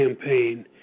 campaign